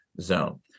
zone